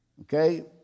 Okay